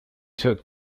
took